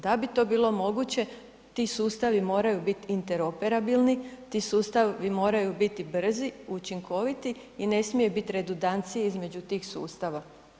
Da bi to bilo moguće ti sustavi moraju biti interoperabilni, ti sustavi moraju biti brzi, učinkoviti i ne smije biti redundancije između tih sustava.